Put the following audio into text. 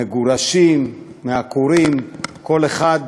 מהמגורשים, מהעקורים, כל אחד